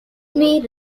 may